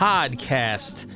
Podcast